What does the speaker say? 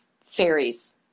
fairies